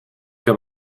que